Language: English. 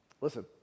Listen